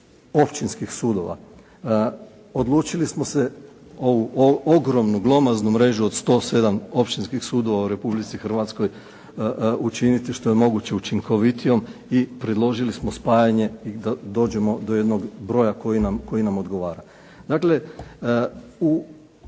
općinskih sudova. Odlučili smo se ovu ogromno glomaznu mrežu od 107 općinskih sudova u Republici Hrvatskoj učiniti što je moguće učinkovitijom i predložili smo spajanje i da dođemo do jednog broja koji nam odgovara. Dakle u